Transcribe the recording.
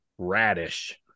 Radish